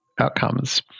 outcomes